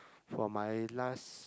for my last